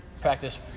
practice